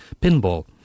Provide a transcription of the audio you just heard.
pinball